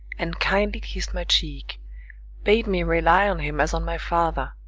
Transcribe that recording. and kindly kiss'd my cheek bade me rely on him as on my father,